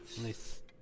nice